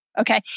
okay